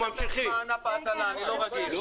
ייצר בעל מכסה את מכסתו בלול שאינו מצוי במשקו,